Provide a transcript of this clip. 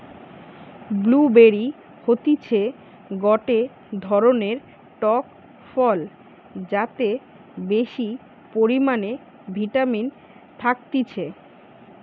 blue বেরি হতিছে গটে ধরণের টক ফল যাতে বেশি পরিমানে ভিটামিন থাকতিছে